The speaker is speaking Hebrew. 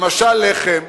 למשל לחם,